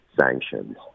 sanctions